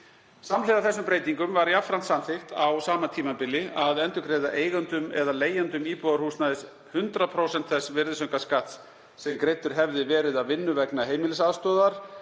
Samhliða þessum breytingum var jafnframt samþykkt á sama tímabili að endurgreiða eigendum eða leigjendum íbúðarhúsnæðis 100% þess virðisaukaskatts sem greiddur hefði verið af vinnu vegna heimilisaðstoðar